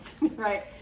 right